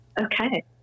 Okay